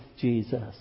Jesus